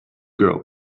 girl